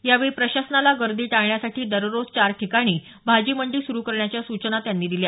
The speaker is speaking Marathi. यावेळी प्रशासनाला गर्दी टाळण्यासाठी दररोज चार ठिकाणी भाजी मंडी सुरू करण्याच्या सूचना त्यांनी दिल्या